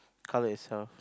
colour itself